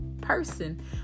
person